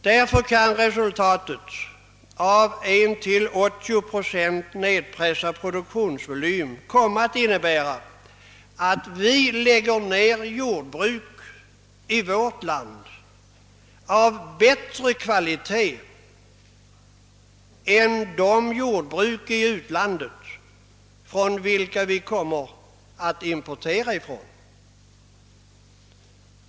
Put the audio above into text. Därför kan resultatet av en till 80 procent nedpressad produktionsvolym komma att innebära att vi i vårt land lägger ned jordbruk av bättre kvalitet än de jordbruk i utlandet, från vilka vi kommer att importera.